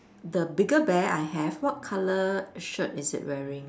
the bigger bear I have what colour shirt is it wearing